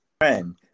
friend